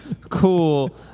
cool